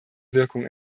wirkung